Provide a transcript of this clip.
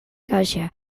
kasa